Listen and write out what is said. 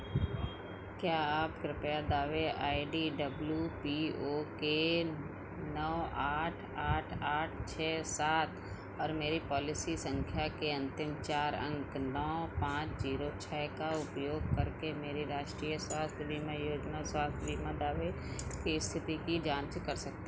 क्या आप कृपया दावे I D W P O K नौ आठ आठ आठ छः सात और मेरी पॉलिसी संख्या के अंतिम चार अंक नौ पाँच जीरो छः का उपयोग करके मेरे राष्ट्रीय स्वास्थ्य बीमा योजना स्वास्थ्य बीमा दावे की स्थिति की जाँच कर सक